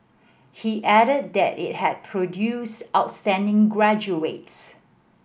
he added that it had produced outstanding graduates